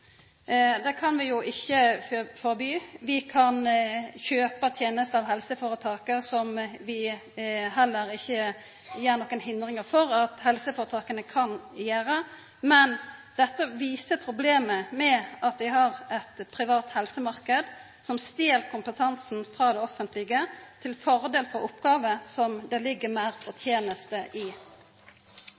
Det kan vi jo ikkje forby. Vi kan kjøpa tenester av helseforetaka, som vi heller ikkje legg nokre hindringar for, men dette viser problemet med at vi har ein privat helsemarknad som stel kompetansen frå det offentlege til fordel for oppgåver som det ligg meir forteneste i.